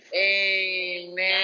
Amen